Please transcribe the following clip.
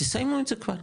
תסיימו את זה כבר.